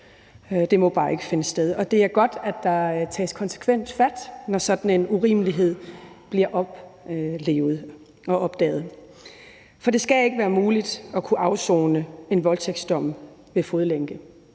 Det må bare ikke finde sted, og det er godt, at der tages konsekvent fat, når sådan en urimelighed bliver oplevet og opdaget. For det skal ikke være muligt at kunne afsone en voldtægtsdom med fodlænke.